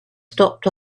stopped